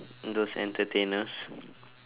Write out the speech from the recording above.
those entertainers